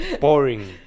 Boring